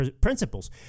principles